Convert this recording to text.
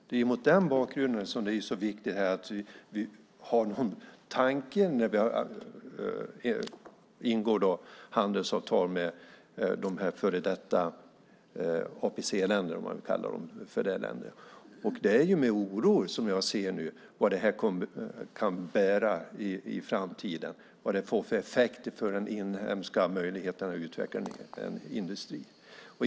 Det är mot den bakgrunden som det är så viktigt att vi har någon tanke när vi ingår handelsavtal med före detta APC-länder, om man kallar dem för det längre. Det är med oro som jag ser vad det här kan bära med sig i framtiden och vad det får för effekt för de inhemska möjligheterna att utveckla en industri.